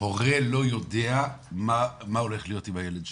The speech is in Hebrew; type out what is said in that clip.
הורה לא יודע מה הולך להיות עם הילד שלו.